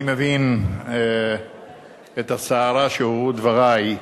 אני מבין את הסערה שעוררו דברי.